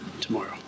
tomorrow